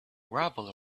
gravel